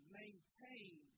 maintain